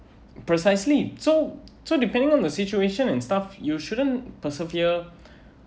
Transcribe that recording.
precisely so so depending on the situation and stuff you shouldn't persevere